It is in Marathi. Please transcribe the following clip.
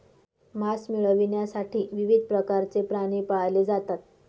मांस मिळविण्यासाठी विविध प्रकारचे प्राणी पाळले जातात